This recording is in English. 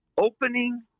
opening